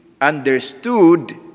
understood